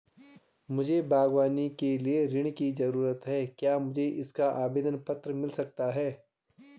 मुझे बागवानी के लिए ऋण की ज़रूरत है क्या मुझे इसका आवेदन पत्र मिल सकता है?